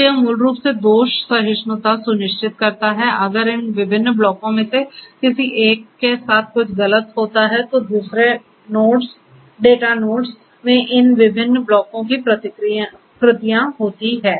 तो यह मूल रूप से दोष सहिष्णुता सुनिश्चित करता है अगर इन विभिन्न ब्लॉकों में से किसी एक के साथ कुछ गलत होता है तो दूसरे डेटा नोड्स में इन विभिन्न ब्लॉकों की प्रतिकृतियां होती हैं